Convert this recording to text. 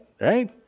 Right